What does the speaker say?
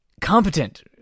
competent